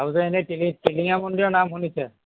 আৰু যে এনে টিলি টিলিঙা মন্দিৰৰ নাম শুনিছে